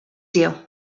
you